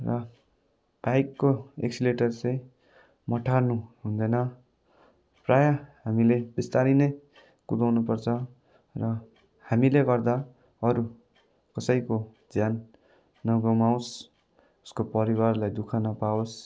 र बाइकको एक्सिलेटर चाहिँ मठार्नु हुँदैन प्रायः हामीले बिस्तरी नै कुदाउनु पर्छ र हामीले गर्दा अरू कसैको ज्यान नगुमाओस् उसको परिवारलाई दुःख नपाओस्